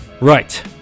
Right